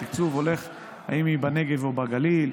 התקצוב הולך לפי אם היא בנגב ובגליל,